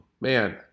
man